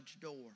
door